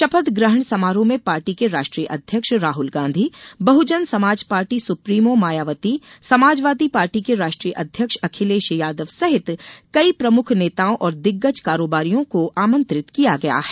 शपथ ग्रहण समारोह में पार्टी के राष्ट्रीय अध्यक्ष Rahul Gandhi Bahujan Samaj party supremo Mayawati Samajwadi party के राष्ट्रीय अध्यक्ष अखिलेश यादव सहित कई प्रमुख नेताओं और दिग्गज कारोबारियों को आमंत्रित किया है